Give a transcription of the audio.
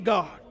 God